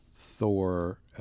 Thor